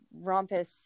rompous